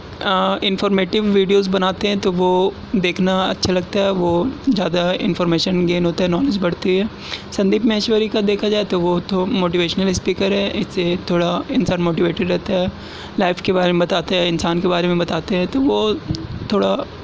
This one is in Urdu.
انفارمیٹیو ویڈیوز بناتے ہیں تو وہ دیکھنا اچھا لگتا ہے وہ زیادہ انفارمیشن گین ہوتا ہے نالج بڑھتی ہے سندیپ ماہیشوری کا دیکھا جائے تو وہ تو موٹیویشنل اسپیکر ہے اس سے تھوڑا انسان موٹیویٹڈ رہتا ہے لائف کے بارے میں بتاتے ہیں انسان کے بارے میں بتاتے ہیں تو وہ تھوڑا